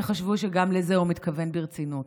וחשבו שגם לזה הוא מתכוון ברצינות.